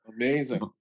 Amazing